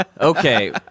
okay